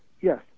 Yes